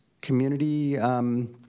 community